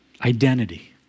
Identity